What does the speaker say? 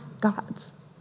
gods